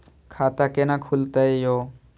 खाता केना खुलतै यो